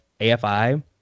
AFI